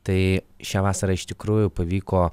tai šią vasarą iš tikrųjų pavyko